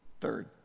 Third